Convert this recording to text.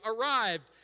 arrived